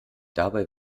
dabei